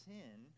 sin